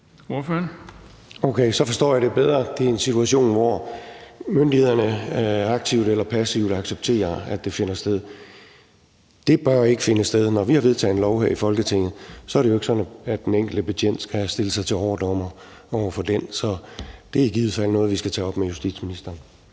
Okay, så forstår jeg det bedre. Det er en situation, hvor myndighederne aktivt eller passivt accepterer, at det finder sted. Det bør jo ikke finde sted. Når vi har vedtaget en lov her i Folketinget, er det jo ikke sådan, at den enkelte betjent skal stille sig til overdommer over for den. Så det er i givet fald noget, vi skal tage op med justitsministeren.